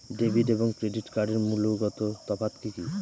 Debit এবং credit কার্ডের মূলগত তফাত কি কী?